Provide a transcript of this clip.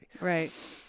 Right